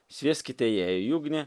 svieskite ją į ugnį